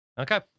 okay